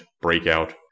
Breakout